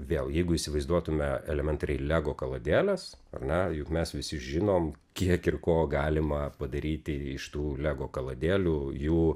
vėl jeigu įsivaizduotume elementariai lego kalades ar ne juk mes visi žinom kiek ir ko galima padaryti iš tų lego kaladėlių jų